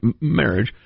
marriage